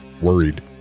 worried